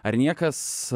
ar niekas